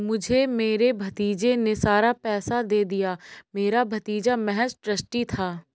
मुझे मेरे भतीजे ने सारा पैसा दे दिया, मेरा भतीजा महज़ ट्रस्टी था